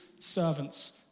servants